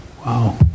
Wow